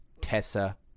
Tessa